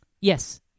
Yes